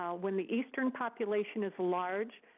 um when the eastern population is large,